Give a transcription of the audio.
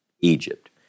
Egypt